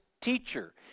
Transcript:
teacher